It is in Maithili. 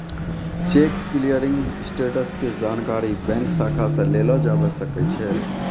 चेक क्लियरिंग स्टेटस के जानकारी बैंक शाखा से लेलो जाबै सकै छै